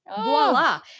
Voila